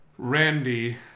Randy